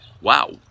wow